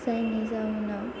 जायनि जाहोनाव